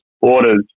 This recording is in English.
orders